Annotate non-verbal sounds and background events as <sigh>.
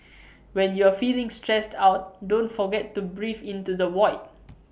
<noise> when you are feeling stressed out don't forget to breathe into the void